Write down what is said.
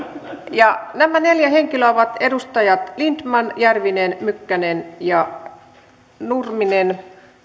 ja nämä neljä henkilöä ovat edustajat lindtman järvinen mykkänen ja nurminen